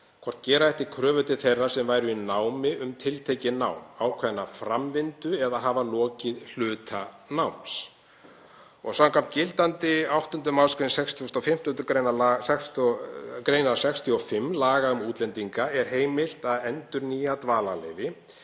hvort gera ætti kröfur til þeirra sem væru í námi um tiltekið nám, ákveðna framvindu eða að hafa lokið hluta náms. Samkvæmt gildandi 8. mgr. 65. gr. laga um útlendinga er heimilt að endurnýja dvalarleyfi